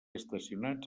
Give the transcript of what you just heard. estacionats